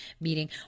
meeting